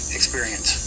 experience